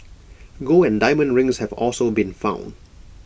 gold and diamond rings have also been found